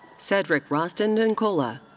cedric rostand nkolla.